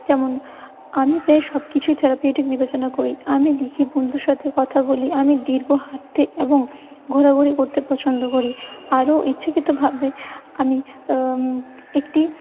যেমন আমি প্রায় সবকিছুই থেরাপিউটিক বিবেচনা করি আমি লিখি বন্ধুর সাথে কথা বলি আমি দীর্ঘ হাঁটতে এবং ঘোরাঘুরি করতে পছন্দ করি আরো ইচ্ছাকিতোভাবে আমি একটি